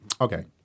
Okay